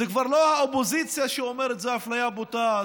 זה כבר לא האופוזיציה שאומרת שזו אפליה בוטה,